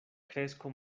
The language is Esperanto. kresko